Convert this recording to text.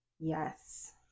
yes